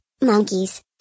monkeys